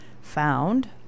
found